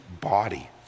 body